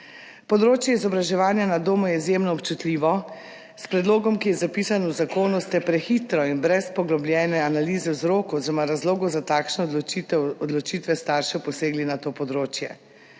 Področje izobraževanja na domu je izjemno občutljivo. S predlogom, ki je zapisan v zakonu, ste prehitro in brez poglobljene analize vzrokov oziroma razlogov za takšne odločitve staršev posegli na to področje.